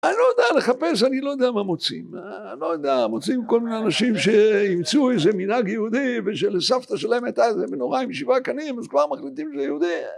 אני לא יודע לחפש, אני לא יודע מה מוצאים, אה? אני לא יודע, מוצאים כל מיני אנשים שימצאו איזה מנהג יהודי ושלסבתא שלהם הייתה איזה מנורה עם שבעה קנים, אז כבר מחליטים שזה יהודי.